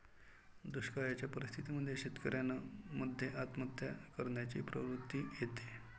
दुष्काळयाच्या परिस्थितीत शेतकऱ्यान मध्ये आत्महत्या करण्याची प्रवृत्ति येते